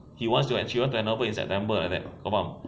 he wants she wants to handover in september like that kau faham